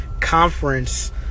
conference